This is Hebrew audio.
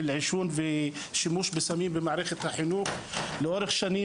העישון ושימוש בסמים במערכת החינוך לאורך שנים,